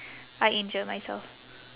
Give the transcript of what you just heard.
I injure myself